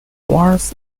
wars